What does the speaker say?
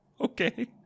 Okay